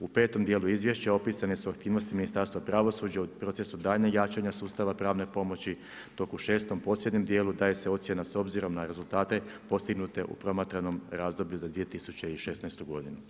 U petom dijelu izvješća opisane su aktivnosti Ministarstva pravosuđa u procesu daljnjeg jačanja sustava pravne pomoći dok u šestom posljednjem dijelu daje se ocjena s obzirom na rezultate postignute u promatranom razdoblju za 2016. godinu.